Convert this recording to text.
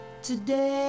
today